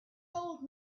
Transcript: old